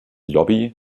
lobby